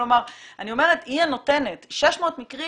כלומר, יש 600 מקרים